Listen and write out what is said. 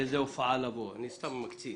באיזו הופעה לבוא ואני סתם מקצין